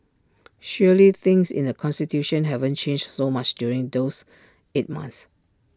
surely things in the constituency haven't changed so much during those eight months